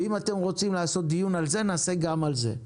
ואם אתם רוצים לעשות דיון על זה, נעשה גם על זה.